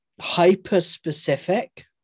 hyper-specific